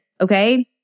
Okay